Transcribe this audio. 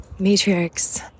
matrix